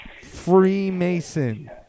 freemason